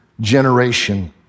generation